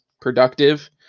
productive